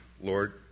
Lord